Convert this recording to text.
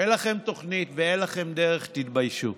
אין לכם תוכנית ואין לכם דרך, תתביישו.